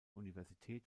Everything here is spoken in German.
universität